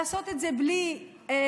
לעשות את זה בלי להתריס